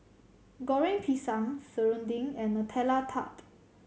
Goreng Pisang serunding and Nutella Tart